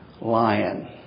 lion